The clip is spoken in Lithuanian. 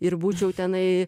ir būčiau tenai